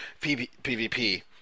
PvP